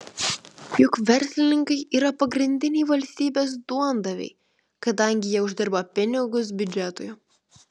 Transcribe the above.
juk verslininkai yra pagrindiniai valstybės duondaviai kadangi jie uždirba pinigus biudžetui